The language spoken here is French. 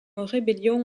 rébellion